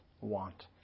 want